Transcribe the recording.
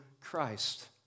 Christ